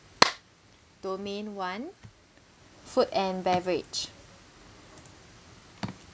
domain one food and beverage